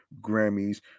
Grammys